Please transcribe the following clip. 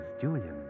Julian